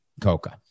Coca